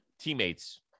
teammate's